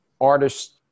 artist